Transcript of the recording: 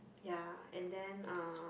ya and then uh